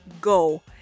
go